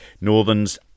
Northern's